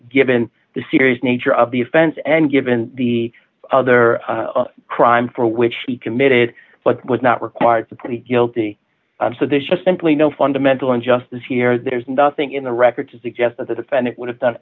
given the serious nature of the offense and given the other crime for which he committed but was not required to plead guilty so there's just simply no fundamental injustice here there's nothing in the record to suggest that the defendant would have done